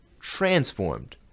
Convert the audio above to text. transformed